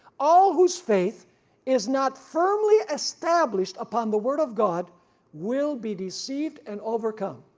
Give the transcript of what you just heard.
all whose faith is not firmly established upon the word of god will be deceived and overcome.